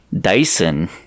Dyson